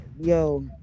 yo